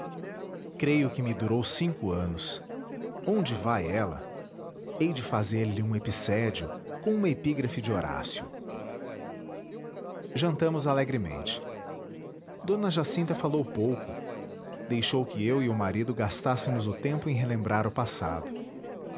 creio que me durou cinco anos onde vai ela hei de fazer-lhe um epicédio com uma epígrafe de horácio jantamos alegremente d jacinta falou pouco deixou que eu e o marido gastássemos o tempo em relembrar o passado